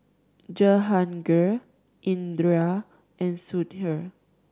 Jehangirr Indira and Sudhir